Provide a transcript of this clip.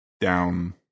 down